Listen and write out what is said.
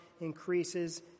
increases